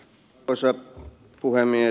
arvoisa puhemies